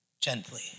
Gently